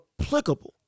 applicable